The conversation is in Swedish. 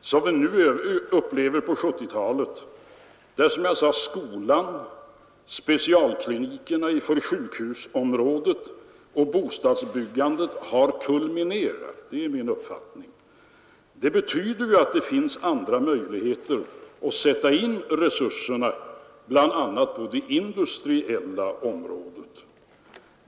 som vi upplever nu på 1970-talet — där som jag sade byggandet av skolor, av specialkliniker på sjukhusområdet och av bostäder har kulminerat — betyder att det finns andra möjligheter än tidigare att sätta in resurserna bl.a. på det industriella området.